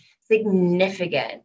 significant